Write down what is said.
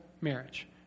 marriage